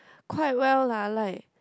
quite well lah like